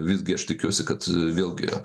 visgi aš tikiuosi kad vėlgi